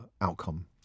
outcome